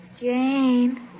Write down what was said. Jane